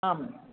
आम्